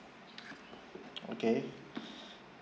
okay